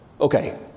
Okay